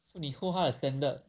so 你 hold her standard